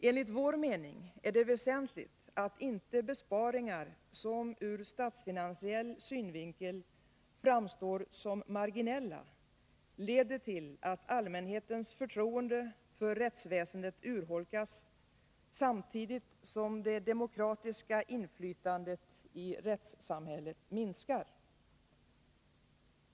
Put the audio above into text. ”Enligt vår mening är det väsentligt att inte besparingar som ur statsfinansiell synvinkel framstår som marginella leder till att allmänhetens förtroende för rättsvä sendet urholkas samtidigt som det demokratiska inflytandet i rättssamhället minskar.